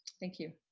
thank you.